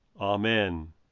Amen